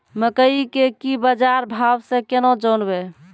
मकई के की बाजार भाव से केना जानवे?